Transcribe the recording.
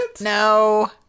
No